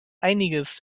einiges